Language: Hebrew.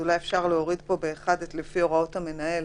אולי אפשר להוריד פה את "לפי הוראות המנהל".